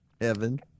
Evan